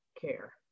care